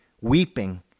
weeping